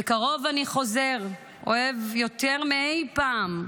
"בקרוב אני חוזר, אוהב יותר מאי פעם,